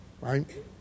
right